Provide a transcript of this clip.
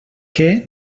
què